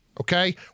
okay